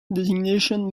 designation